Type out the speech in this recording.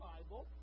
Bible